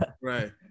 right